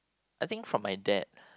I think for my dad